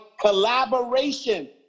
collaboration